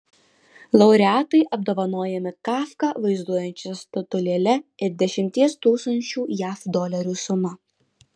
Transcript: laureatai apdovanojami kafką vaizduojančia statulėle ir dešimties tūkstančių jav dolerių suma